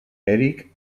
eric